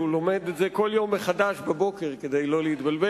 הוא לומד את זה כל יום מחדש בבוקר כדי שלא להתבלבל.